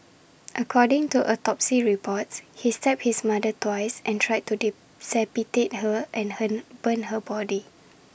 according to autopsy reports he stabbed his mother twice and tried to decapitate her and him burn her body